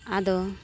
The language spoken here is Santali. ᱟᱫᱚ